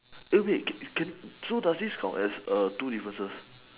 eh wait can so does this count as err two differences